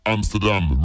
Amsterdam